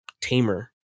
tamer